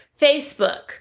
Facebook